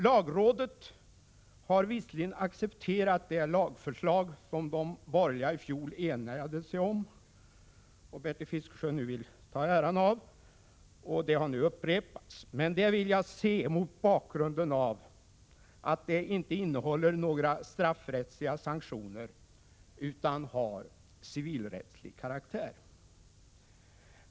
Lagrådet har visserligen accepterat det lagförslag som de borgerliga enade sig om i fjol och som de upprepat — Bertil Fiskesjö vill nu åt sig äran av det — men det vill jag se mot bakgrund av att förslaget inte innehåller några straffrättsliga sanktioner utan har civilrättslig karaktär.